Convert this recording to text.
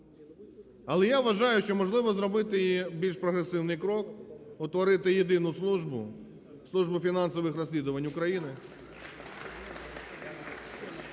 Але я вважаю, що можливо зробити більш прогресивний крок: утворити єдину службу – Службу фінансових розслідувань України,